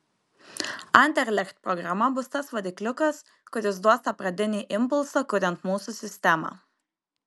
anderlecht programa bus tas varikliukas kuris duos tą pradinį impulsą kuriant mūsų sistemą